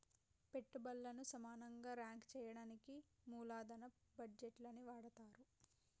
పెట్టుబల్లను సమానంగా రాంక్ చెయ్యడానికి మూలదన బడ్జేట్లని వాడతరు